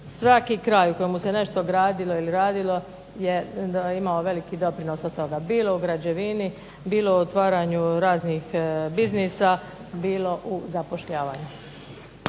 svaki kraj u kojemu se nešto gradilo ili radilo je imao veliki doprinos od toga. Bilo u građevini, bilo u otvaranju raznih biznisa, bilo u zapošljavanju.